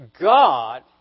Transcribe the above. God